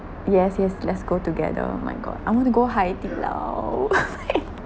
yes yes let's go together oh my god I want to go HaiDiLao